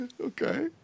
Okay